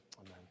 Amen